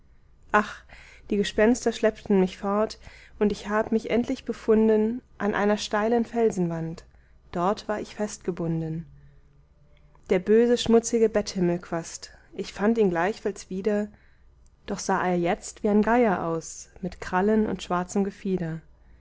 ach die gespenster schleppten mich fort und ich hab mich endlich befunden an einer steilen felsenwand dort war ich festgebunden der böse schmutzige betthimmelquast ich fand ihn gleichfalls wieder doch sah er jetzt wie ein geier aus mit krallen und schwarzem gefieder